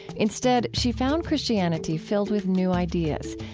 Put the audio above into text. instead, she found christianity filled with new ideas,